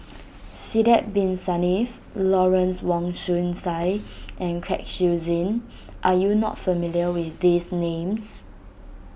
Sidek Bin Saniff Lawrence Wong Shyun Tsai and Kwek Siew Zin are you not familiar with these names